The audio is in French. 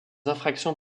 infractions